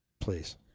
please